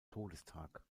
todestag